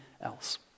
else